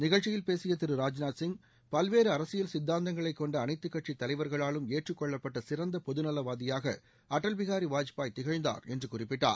நிகழ்ச்சியில் பேசிய திரு ராஜ்நாத் சிங் பல்வேறு அரசியல் சித்தாத்தங்களை கொண்ட அனைத்துக்கட்சி தலைவர்களாலும் ஏற்றுக்கொள்ளப்பட்ட சிறந்த பொதுநலவாதியாக அடல் பிகாரி வாஜ்பாய் திகழ்ந்தார் என்று குறிப்பிட்டார்